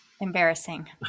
embarrassing